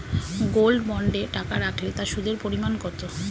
Gold বন্ডে টাকা রাখলে তা সুদের পরিমাণ কত?